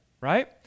right